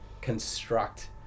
construct